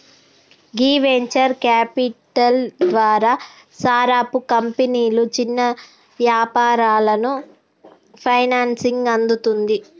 గీ venture capital ద్వారా సారపు కంపెనీలు చిన్న యాపారాలకు ఫైనాన్సింగ్ అందుతుంది